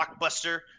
blockbuster